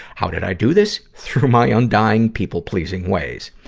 how did i do this? through my undying people-pleasing ways.